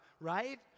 right